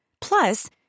Plus